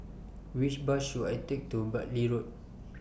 Which Bus should I Take to Bartley Road